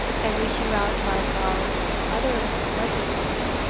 and we hew out to ourselves other reservoirs,